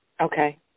Okay